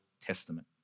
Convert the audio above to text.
Testament